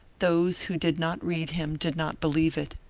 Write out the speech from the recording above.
those who did not read him did not believe it,